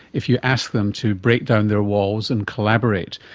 if you ask them to break down their walls and collaborate.